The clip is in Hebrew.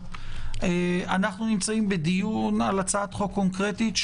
אנחנו נמצאים בדיון על הצעת חוק קונקרטית,